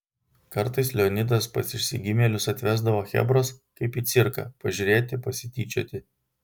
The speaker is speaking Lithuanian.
kartais leonidas pas išsigimėlius atvesdavo chebros kaip į cirką pažiūrėti pasityčioti